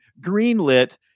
Greenlit